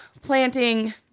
planting